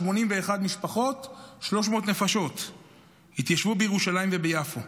81 משפחות, 300 נפשות התיישבו בירושלים וביפו.